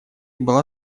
была